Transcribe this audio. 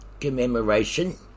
commemoration